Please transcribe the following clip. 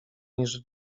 niż